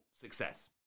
success